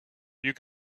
you